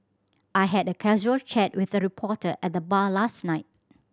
I had a casual chat with a reporter at the bar last night